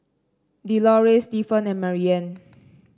Delores Stefan and Marianne